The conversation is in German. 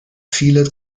viele